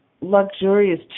luxurious